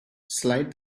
slide